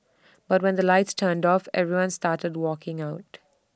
but when the lights turned off everyone started walking out